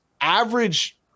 average